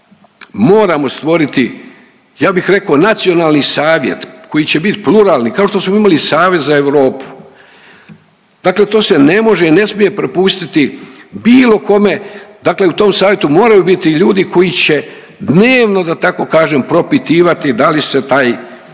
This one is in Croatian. Moramo stvoriti, ja bih reko, nacionalni savjet koji će bit pluralni kao što smo imali Savez za Europu, dakle to se ne može i ne smije prepustiti bilo kome, dakle u tom savjetu moraju biti ljudi koji će dnevno da tako kažem propitivati da li se taj,